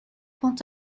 point